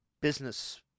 business